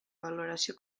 valoració